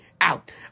out